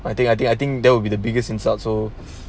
I think I think I think there will be the biggest insult so